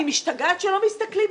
אני משתגעת שלא מסתכלים,